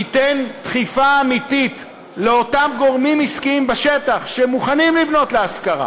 ניתן דחיפה אמיתית לאותם גורמים עסקיים בשטח שמוכנים לבנות להשכרה